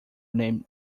name